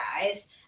guys